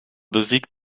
besiegt